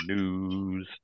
News